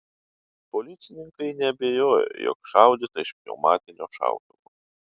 policininkai neabejoja jog šaudyta iš pneumatinio šautuvo